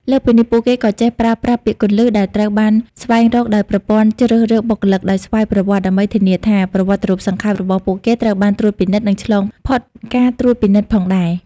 លើសពីនេះ ពួកគេក៏ចេះប្រើប្រាស់ពាក្យគន្លឹះ ដែលត្រូវបានស្វែងរកដោយប្រព័ន្ធជ្រើសរើសបុគ្គលិកដោយស្វ័យប្រវត្តិ ដើម្បីធានាថា ប្រវត្តិរូបសង្ខេប របស់ពួកគេត្រូវបានត្រួតពិនិត្យ និងឆ្លងផុតការត្រួតពិនិត្យផងដែរ។